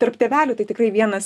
tarp tėvelių tai tikrai vienas